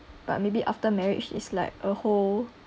but maybe after marriage it's like a whole